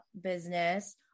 business